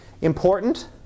important